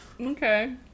okay